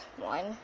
one